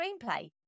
screenplay